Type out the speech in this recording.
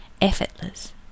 effortless